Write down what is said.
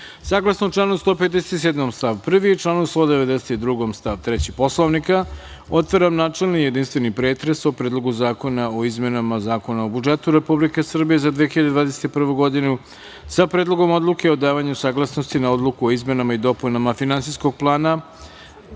članu 157. stav 1. i članu 192. stav 3. Poslovnika Narodne skupštine, otvaram načelni i jedinstveni pretres o Predlogu zakona o izmenama Zakona o budžetu Republike Srbije za 2021. godinu, sa Predlogom odluke o davanju saglasnosti na Odluku o izmenama i dopunama Finansijskog plana